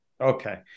Okay